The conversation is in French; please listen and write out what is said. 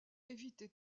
éviter